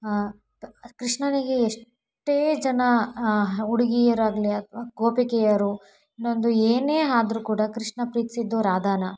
ಕೃಷ್ಣನಿಗೆ ಎಷ್ಟೇ ಜನ ಹುಡುಗಿಯರಾಗ್ಲಿ ಅಥವಾ ಗೋಪಿಕೆಯರು ಇನ್ನೊಂದು ಏನೇ ಆದ್ರೂ ಕೂಡ ಕೃಷ್ಣ ಪ್ರೀತಿಸಿದ್ದು ರಾಧಾನ